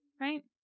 right